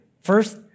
First